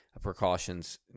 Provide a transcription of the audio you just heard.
precautions